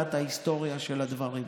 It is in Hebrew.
ולמידת ההיסטוריה של הדברים.